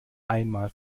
einmal